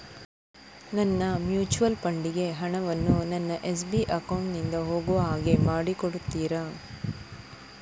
ನನ್ನ mutual fund ಗೆ ಹಣ ವನ್ನು ನನ್ನ ಎಸ್.ಬಿ ಅಕೌಂಟ್ ನಿಂದ ಹೋಗು ಹಾಗೆ ಮಾಡಿಕೊಡುತ್ತೀರಾ?